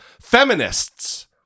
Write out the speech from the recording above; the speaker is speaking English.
Feminists